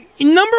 number